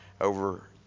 over